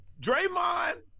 Draymond